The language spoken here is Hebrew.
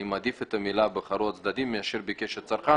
אני מעדיף את המילים "בחרו הצדדים לשלוח" מאשר המילים "ביקש הצרכן",